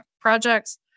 projects